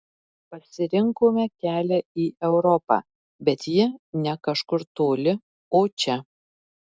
pasirinkome kelią į europą bet ji ne kažkur toli o čia